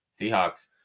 Seahawks